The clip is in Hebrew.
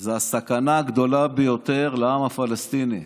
זה הסכנה הגדולה ביותר לעם הפלסטיני.